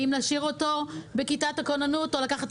האם להשאיר אותו בכיתת הכוננות או לקחת?